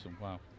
wow